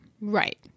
Right